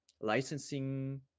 licensing